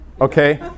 Okay